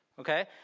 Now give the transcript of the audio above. Okay